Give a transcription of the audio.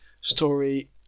story